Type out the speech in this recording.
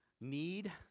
need